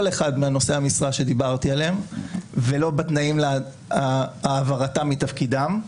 אחד מנושאי המשרה שדיברתי עליהם ולא בתנאים להעברתם מתפקידם.